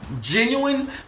genuine